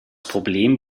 problem